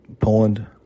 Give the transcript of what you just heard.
Poland